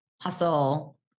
hustle